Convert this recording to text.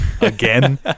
again